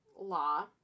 law